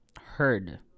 heard